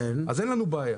אין לנו בעיה.